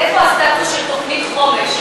איפה הסטטוס של תוכנית חומש?